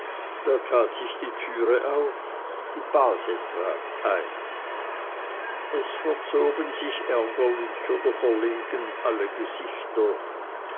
da tat sich die türe auf die base trat ein es verzogen sich ärgerlich oder verlegen alle gesichter